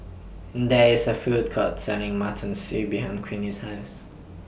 There IS A Food Court Selling Mutton Stew behind Queenie's House